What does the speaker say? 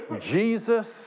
Jesus